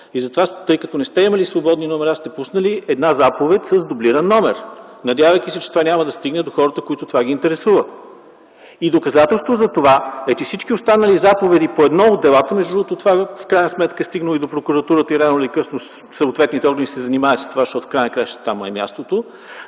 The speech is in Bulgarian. късно и тъй като не сте имали свободни номера, сте пуснали една заповед с дублиран номер, надявайки се, че това няма да стигне до хората, които това ги интересува. Доказателство за това е, че всички останали заповеди по едно от делата... Между другото, това в крайна сметка е стигнало и до прокуратурата и рано или късно съответните органи ще се занимаят с това, защото в края на краищата там му е мястото,